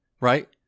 Right